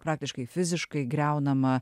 praktiškai fiziškai griaunamą